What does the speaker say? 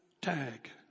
tag